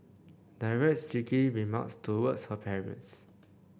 directs cheeky remarks towards her parents